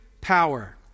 power